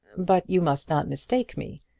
but you must not mistake me.